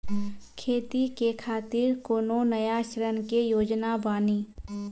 खेती के खातिर कोनो नया ऋण के योजना बानी?